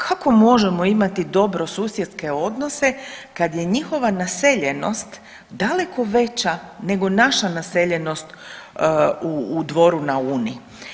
Kako možemo imati dobrosusjedske odnose kad je njihova naseljenost daleko veća nego naša naseljenost u Dvoru na Uni?